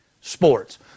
Sports